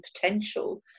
potential